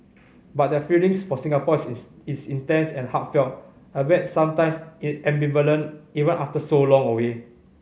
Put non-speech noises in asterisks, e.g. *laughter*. but their feelings for Singapore *unintelligible* is intense and heartfelt albeit sometimes it ambivalent even after so long away